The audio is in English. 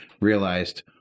realized